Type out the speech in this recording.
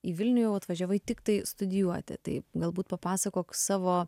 į vilnių jau atvažiavai tiktai studijuoti tai galbūt papasakok savo